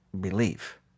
belief